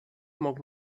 smok